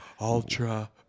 ultra